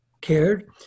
cared